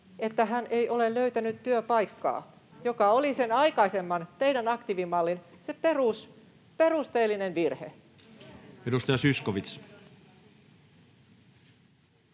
että hän ei ole löytänyt työpaikkaa, joka oli sen aikaisemman, teidän aktiivimallin, perusteellinen virhe. [Speech